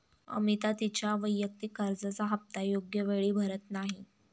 अमिता तिच्या वैयक्तिक कर्जाचा हप्ता योग्य वेळी भरत नाही